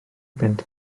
bunt